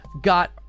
got